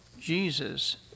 jesus